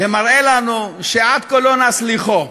ומראה לנו שעד כה לא נס לחו,